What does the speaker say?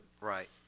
Right